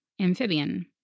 amphibian